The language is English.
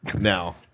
Now